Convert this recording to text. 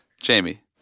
Jamie